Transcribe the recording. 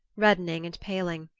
reddening and paling.